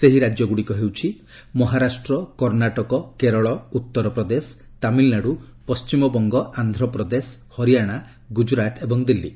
ସେହି ରାଜ୍ୟ ଗୁଡ଼ିକ ହେଉଛି ମହାରାଷ୍ଟ୍ର କର୍ଣ୍ଣାଟକ କେରଳ ଉତ୍ତରପ୍ରଦେଶ ତାମିଲନାଡୁ ପଶ୍ଚିମବଙ୍ଗ ଆନ୍ଧ୍ରପ୍ରଦେଶ ହାରିଆଣା ଗୁଜରାଟ ଏବଂ ଦିଲ୍ଲୀ